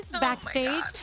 backstage